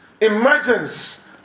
emergence